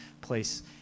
place